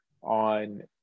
on